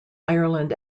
ireland